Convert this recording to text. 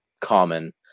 common